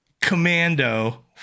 commando